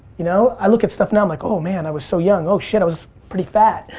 you know, i look at stuff now, i'm like, oh, man, i was so young. oh shit, i was pretty fat,